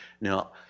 Now